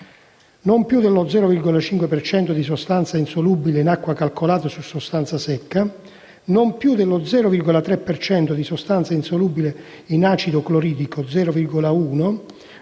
non più dello 0,5 per cento di sostanze insolubile in acqua calcolate su sostanza secca; non più dello 0,3 per cento di sostanze insolubile in acido cloridrico (0,1)